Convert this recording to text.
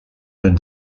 than